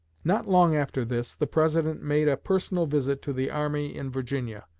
not long after this, the president made a personal visit to the army in virginia.